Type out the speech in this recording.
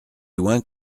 loin